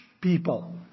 people